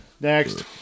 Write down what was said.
Next